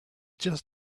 just